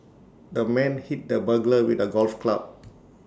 the man hit the burglar with A golf club